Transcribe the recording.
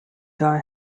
die